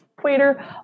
equator